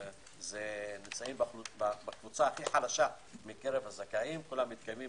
שנמצאים בקבוצה הכי חלשה מקרב הזכאים כולם מתקיימים